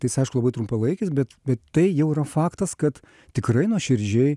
tai jis aišku labai trumpalaikis bet bet tai jau yra faktas kad tikrai nuoširdžiai